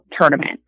tournament